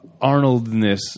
Arnoldness